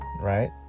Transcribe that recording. right